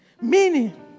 Meaning